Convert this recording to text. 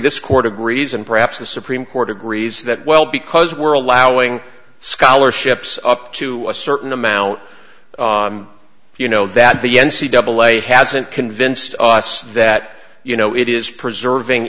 this court agrees and perhaps the supreme court agrees that well because we're allowing scholarships up to a certain amount if you know that the n c double a hasn't convinced us that you know it is preserving